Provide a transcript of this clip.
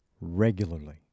regularly